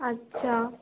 আচ্ছা